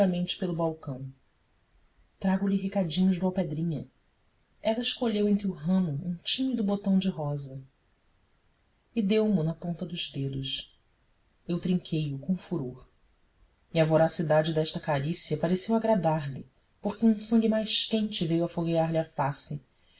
sofregamente pelo balcão trago-lhe recadinhos do alpedrinha ela escolheu entre o ramo um tímido botão de rosa e deu mo na ponta dos dedos eu trinquei o com furor e a voracidade desta carícia pareceu agradar lhe porque um sangue mais quente veio afoguear lhe a face